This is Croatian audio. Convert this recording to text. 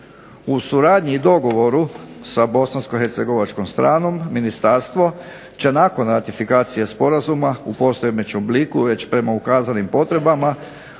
U suradnji i dogovoru sa bosansko-hercegovačkom stranom ministarstvo će nakon ratifikacije sporazuma u postojećem obliku već prema ukazanim potrebama